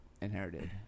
Inherited